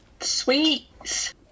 sweets